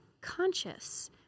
conscious